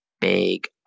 big